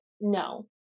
no